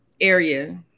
area